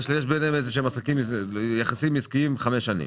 יש ביניהם יחסים עסקיים כלשהם כבר חמש שנים,